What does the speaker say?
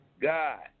God